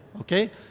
okay